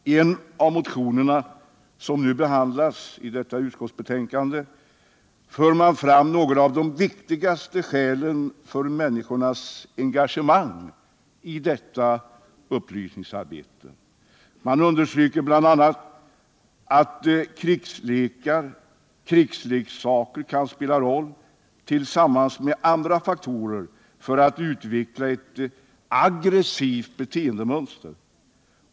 I en av de motioner som behandlas i detta utskottsbetänkande för man fram några av de viktigaste skälen för människors engagemang i detta upplysningsarbete. Bl. a. understryks att krigslekar och krigsleksaker kan spela en roll tillsammans med andra faktorer — för att utveckla ett aggressivt beteendemönster.